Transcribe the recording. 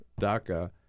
DACA